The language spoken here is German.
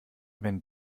wenn